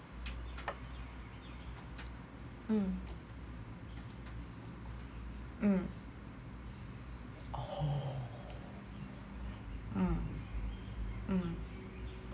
mm mm oh mm mm